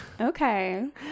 Okay